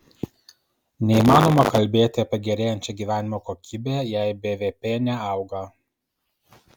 neįmanoma kalbėti apie gerėjančią gyvenimo kokybę jei bvp neauga